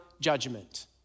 judgment